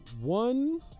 one